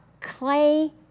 clay